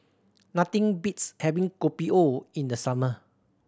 nothing beats having Kopi O in the summer